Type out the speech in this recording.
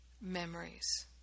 memories